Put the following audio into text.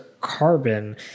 carbon